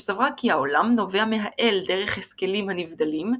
שסברה כי העולם נובע מהאל דרך השכלים הנבדלים,